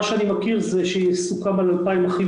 מה שאני מכיר זה שסוכם על 2,000 אחים